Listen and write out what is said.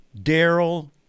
Daryl